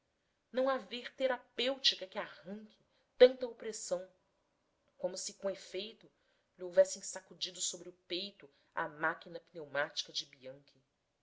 não haver terapêutica que arranque tanta opressão como se com efeito lhe houvessem sacudido sobre o peito a máquina pneumática de bianchi